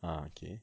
ah okay